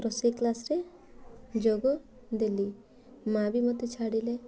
ରୋଷେଇ କ୍ଲାସ୍ରେ ଯୋଗ ଦେଲି ମାଆ ବି ମୋତେ ଛାଡ଼ିଲେ